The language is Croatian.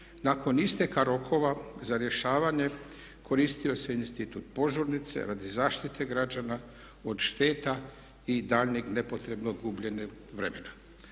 nakon isteka rokova za rješavanje koristio se institut požurnice radi zaštite građana od šteta i daljnjeg nepotrebnog gubljenja vremena.